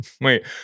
Wait